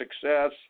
success